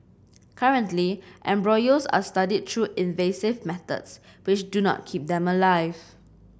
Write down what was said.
currently embryos are studied through invasive methods which do not keep them alive